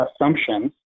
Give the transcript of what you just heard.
assumptions